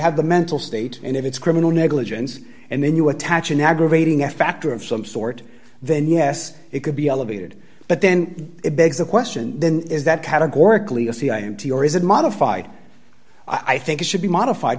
have the mental state and if it's criminal negligence and then you attach an aggravating a factor of some sort then yes it could be elevated but then it begs the question then is that categorically a c i n t or is it modified i think it should be modified